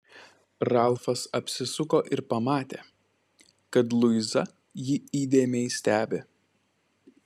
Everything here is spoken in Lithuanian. ralfas apsisuko ir pamatė kad luiza jį įdėmiai stebi